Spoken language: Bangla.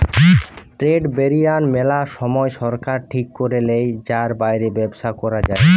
ট্রেড ব্যারিয়ার মেলা সময় সরকার ঠিক করে লেয় যার বাইরে ব্যবসা করা যায়না